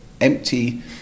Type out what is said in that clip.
empty